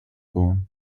poem